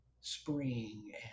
spring